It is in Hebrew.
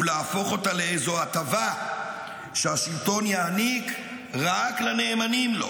ולהפוך אותה לאיזו הטבה שהשלטון יעניק רק לנאמנים לו.